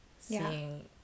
seeing